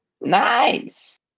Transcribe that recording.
Nice